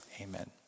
amen